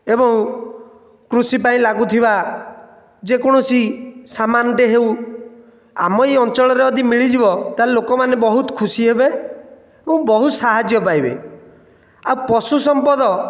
ଏବଂ କୃଷି ପାଇଁ ଲାଗୁଥିବା ଯେକୌଣସି ସାମାନ ଟେ ହେଉ ଆମ ଏ ଅଞ୍ଚଳରେ ଯଦି ମିଳିଯିବ ତାହେଲେ ଲୋକମାନେ ବହୁତ ଖୁସି ହେବେ ଏବଂ ବହୁତ ସାହାଯ୍ୟ ପାଇବେ ଆଉ ପଶୁ ସମ୍ପଦ